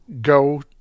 go